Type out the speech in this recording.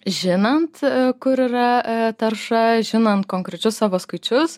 žinant kur yra tarša žinant konkrečius savo skaičius